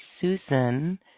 Susan